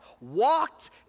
walked